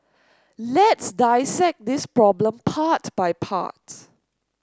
let's dissect this problem part by part